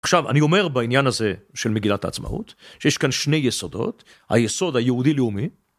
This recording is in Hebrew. עכשיו, אני אומר בעניין הזה, של מגילת העצמאות, שיש כאן שני יסודות; היסוד היהודי לאומי...